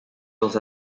dans